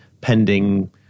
pending